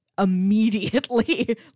immediately